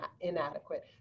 inadequate